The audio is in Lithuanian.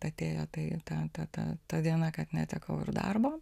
atėjo tai ta ta ta ta diena kad netekau ir darbo